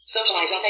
Socialize